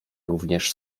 również